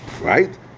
Right